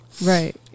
Right